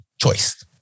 Choice